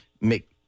make